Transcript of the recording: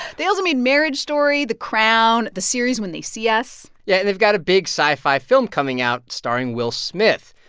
they also made marriage story, the crown, the series when they see us. yeah. they've got a big sci-fi film coming out starring will smith.